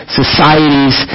societies